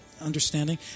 understanding